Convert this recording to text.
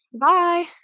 Bye